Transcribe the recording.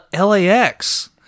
LAX